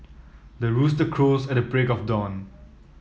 the rooster crows at the break of dawn